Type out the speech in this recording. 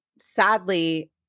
sadly